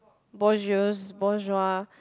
bourgeois bourgeois